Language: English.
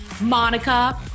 Monica